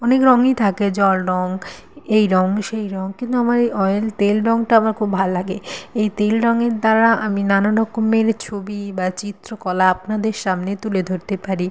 অনেক রংই থাকে জল রং এই রং সেই রং কিন্তু আমার এই অয়েল তেল রংটা খুব ভাল লাগে এই তেল রঙের দ্বারা আমি নানা রকমের ছবি বা চিত্রকলা আপনাদের সামনে তুলে ধরতে পারি